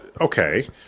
okay